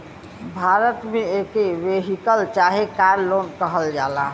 भारत मे एके वेहिकल चाहे कार लोन कहल जाला